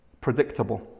predictable